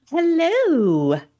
Hello